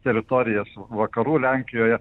teritorijas vakarų lenkijoje